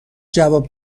جواب